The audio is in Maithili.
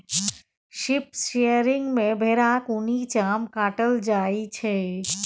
शिप शियरिंग मे भेराक उनी चाम काटल जाइ छै